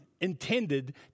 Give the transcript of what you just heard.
intended